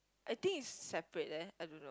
I think is separate leh I don't know